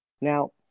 Now